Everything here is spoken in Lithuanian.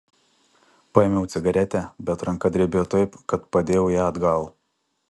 paėmiau cigaretę bet ranka drebėjo taip kad padėjau ją atgal